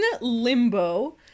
limbo